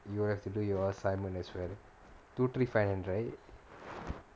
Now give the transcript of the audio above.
you will have to do your assignment as well two three five nine right